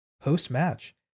post-match